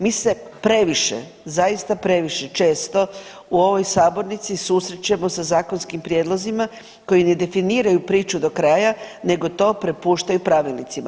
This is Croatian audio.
Mi se previše, zaista previše često u ovoj sabornici susrećemo sa zakonskim prijedlozima koji ne definiraju priču do kraja nego to prepuštaju pravilnicima.